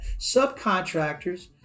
Subcontractors